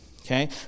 Okay